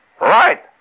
right